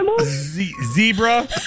Zebra